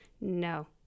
No